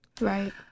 Right